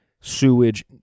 sewage